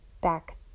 back